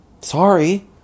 Sorry